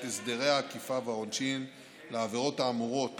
את הסדרי האכיפה והעונשין לעבירות האמורות